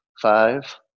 five